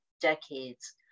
decades